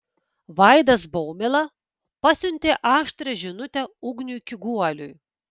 vaidas baumila pasiuntė aštrią žinutę ugniui kiguoliui